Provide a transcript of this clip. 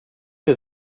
his